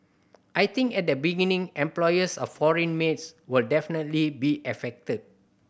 I think at the beginning employers of foreign maids will definitely be affected